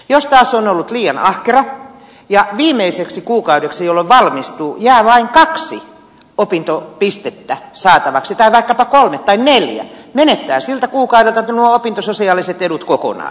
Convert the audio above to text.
jos taas on ollut liian ahkera ja viimeiseksi kuukaudeksi jolloin valmistuu jää vain kaksi opintopistettä saatavaksi tai vaikkapa kolme tai neljä menettää siltä kuukaudelta nuo opintososiaaliset edut kokonaan